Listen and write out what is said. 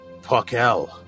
Puckel